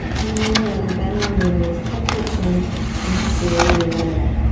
then when you're ready, bend the knees, tuck your chin and slowly roll it up.